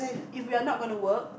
if we are not going to work